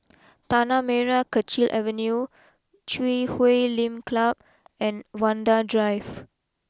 Tanah Merah Kechil Avenue Chui Huay Lim Club and Vanda Drive